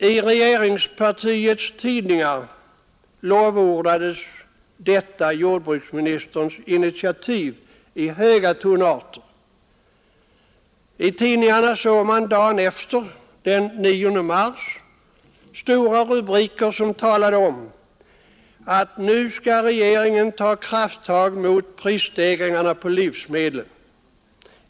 I regeringspartiets tidningar lovordades detta jordbruksministerns initiativ i höga tonarter. I tidningarna såg man dagen efter, dvs. den 9 mars, stora rubriker som talade om att nu skulle regeringen ta krafttag mot prisstegringarna på livsmedel.